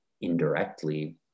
indirectly